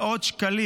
מאות שקלים,